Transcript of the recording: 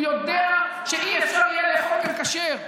הוא יודע שלא יהיה אפשר לאכול כאן כשר.